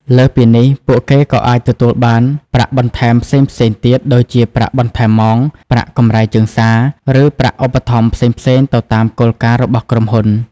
លើសពីនេះ ពួកគេក៏អាចទទួលបានប្រាក់បន្ថែមផ្សេងៗទៀត ដូចជាប្រាក់បន្ថែមម៉ោង ប្រាក់កម្រៃជើងសារ ឬប្រាក់ឧបត្ថម្ភផ្សេងៗទៅតាមគោលការណ៍របស់ក្រុមហ៊ុន។